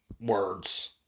words